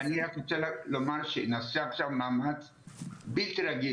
אני רק רוצה לומר שנעשה עכשיו מאמץ בלתי רגיל